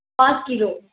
پانچ کلو